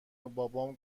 بابام